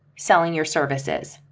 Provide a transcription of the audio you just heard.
selling your services,